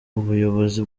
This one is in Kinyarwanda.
ubuyobozi